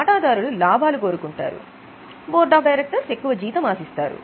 వాటాదారులు లాభాలు కోరుకుంటారు బోర్డ్ ఆఫ్ డైరెక్టర్స్ ఎక్కువ జీతం ఆశిస్తారు